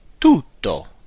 tutto